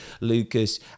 Lucas